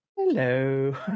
Hello